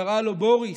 היא קראה לו בוריס: